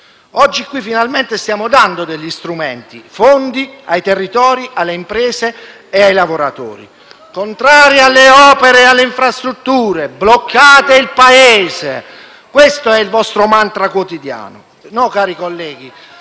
Oggi qui finalmente stiamo dando degli strumenti, fondi ai territori, alle imprese e ai lavoratori. Dite che siamo contrari alle opere e alle infrastrutture, che blocchiamo il Paese, questo è il vostro mantra quotidiano. (Proteste